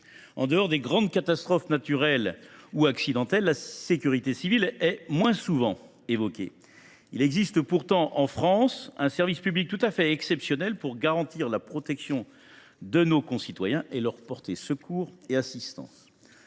En dehors des grandes catastrophes naturelles ou accidentelles, la sécurité civile est moins souvent évoquée. Il existe pourtant en France un service public tout à fait exceptionnel pour garantir la protection de nos concitoyens et leur porter secours et assistance.